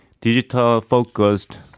digital-focused